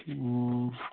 ꯑꯣ